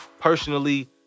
personally